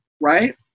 Right